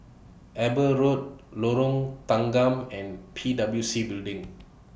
Eber Road Lorong Tanggam and P W C Building